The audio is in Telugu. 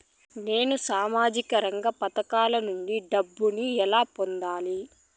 నేను సామాజిక రంగ పథకాల నుండి డబ్బుని ఎలా పొందాలి?